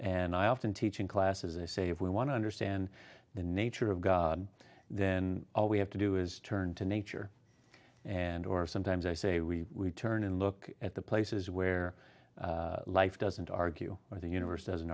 and i often teaching classes they say if we want to understand the nature of god then all we have to do is turn to nature and or sometimes i say we turn and look at the places where life doesn't argue or the universe doesn't